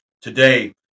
Today